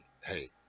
hey